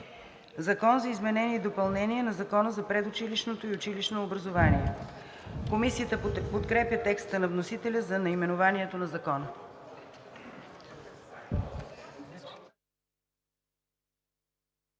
„Закон за изменение и допълнение на Закона за предучилищното и училищното образование“.“ Комисията подкрепя текста на вносителя за наименованието на Закона.